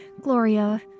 Gloria